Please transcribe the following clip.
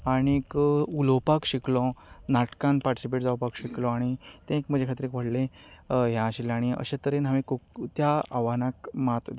आनी उलोवपाक शिकलो नाटकांत पार्टिसिपेट जावपाक शिकलो आनी तें एक म्हजे खातीर एक व्हडलें हें आशिल्लें आनी अशे तरेन हांवें खूब त्या आव्हानांक मात